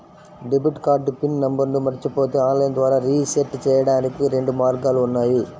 debit card PIN నంబర్ను మరచిపోతే online ద్వారా రీసెట్ చెయ్యడానికి రెండు మార్గాలు ఉన్నాయి